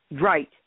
Right